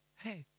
hey